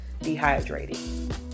dehydrated